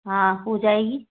हाँ हो जाएगी